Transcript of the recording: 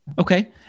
Okay